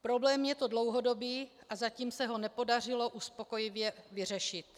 Problém je to dlouhodobý a zatím se ho nepodařilo uspokojivě vyřešit.